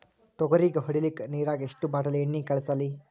ತೊಗರಿಗ ಹೊಡಿಲಿಕ್ಕಿ ನಿರಾಗ ಎಷ್ಟ ಬಾಟಲಿ ಎಣ್ಣಿ ಕಳಸಲಿ?